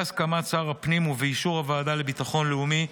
בהסכמת שר הפנים ובאישור הוועדה לביטחון לאומי,